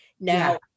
now